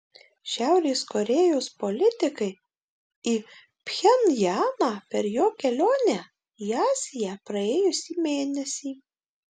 šiaurės korėjos politikai į pchenjaną per jo kelionę į aziją praėjusį mėnesį